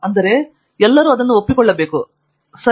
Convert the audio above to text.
ಅಂದರೆ ಎಲ್ಲರೂ ಅದನ್ನು ಒಪ್ಪಿಕೊಂಡರೆ ಸರಿ